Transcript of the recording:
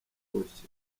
gotye